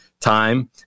time